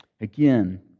Again